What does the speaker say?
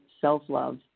self-love